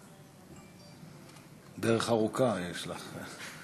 דרך ארוכה יש לך.